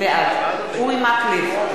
בעד אורי מקלב,